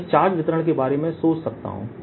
मैं इस चार्ज वितरण के बारे में सोच सकता हूं